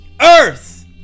Earth